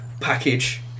package